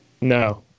No